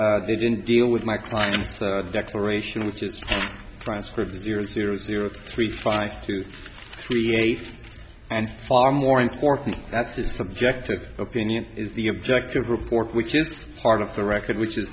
s they didn't deal with my client declaration which is transcript zero zero zero three five to three eighth and far more important that's the subjective opinion is the objective report which is part of the record which is